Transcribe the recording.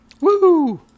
woo